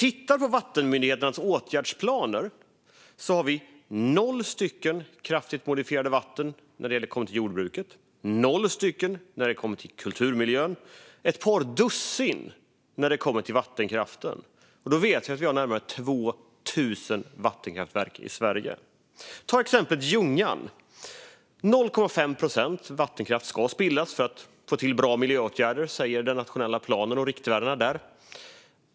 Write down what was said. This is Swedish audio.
I vattenmyndigheternas åtgärdsplaner har vi noll kraftigt modifierade vatten. När det gäller jordbruket noll, när det gäller kulturmiljön noll och när det gäller vattenkraften ett par dussin - och vi har närmare 2 000 vattenkraftverk i Sverige. Ta exemplet Ljungan. Det ska spillas 0,5 procent vattenkraft för att få till bra miljöåtgärder säger den nationella planens riktvärden.